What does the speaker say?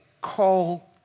Call